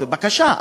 בבקשה,